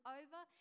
over